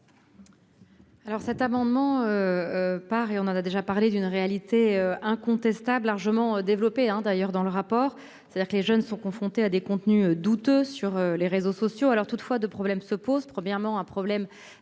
Alors cet amendement. Par et on en a déjà parlé d'une réalité incontestable largement développé hein d'ailleurs dans le rapport. C'est-à-dire que les jeunes sont confrontés à des contenus douteux sur les réseaux sociaux. Alors toutefois de problèmes se posent. Premièrement, un problème